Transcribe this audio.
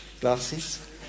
glasses